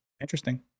Interesting